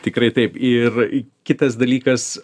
tikrai taip ir kitas dalykas